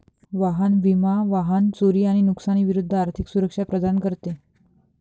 वाहन विमा वाहन चोरी आणि नुकसानी विरूद्ध आर्थिक सुरक्षा प्रदान करते